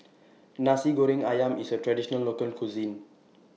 Nasi Goreng Ayam IS A Traditional Local Cuisine